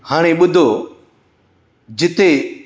हाणे ॿुधो जिते